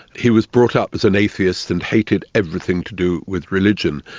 he was brought up as an atheist and hated everything to do with religion.